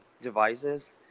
devices